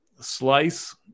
slice